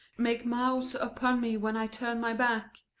make mouths upon me when i turn my back,